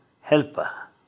helper